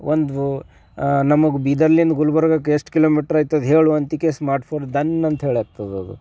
ಒಂದು ನಮಗೆ ಬೀದರ್ನಿಂದ ಗುಲ್ಬರ್ಗಕ್ಕೆ ಎಷ್ಟು ಕಿಲೋ ಮೀಟ್ರ್ ಆಗ್ತದೆ ಹೇಳು ಅಂತಿಕೆ ಸ್ಮಾರ್ಟ್ ಫೋನ್ ಧನ್ ಅಂತ ಹೇಳ್ಯಾಕ್ತದದು